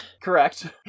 Correct